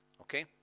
okay